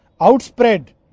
outspread